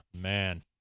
man